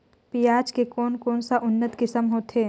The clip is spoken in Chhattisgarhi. पियाज के कोन कोन सा उन्नत किसम होथे?